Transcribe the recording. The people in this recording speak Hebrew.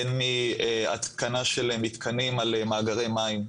אין התקנה של מתקנים על מאגרי מים,